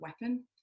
weapon